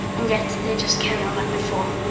and yet they just carry on like before.